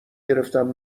گرفتم